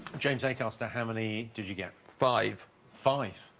james a caster hemily. did you get five five?